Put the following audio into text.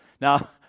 Now